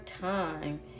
time